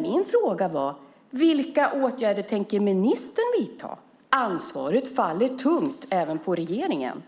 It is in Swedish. Min fråga var: Vilka återgärder tänker ministern vidta? Ansvaret fallet tungt på regeringen.